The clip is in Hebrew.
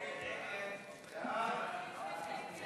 אם כן,